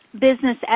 business